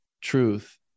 truth